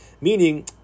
Meaning